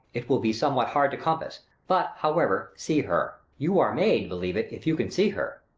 it will be somewhat hard to compass but however, see her. you are made, believe it, if you can see her.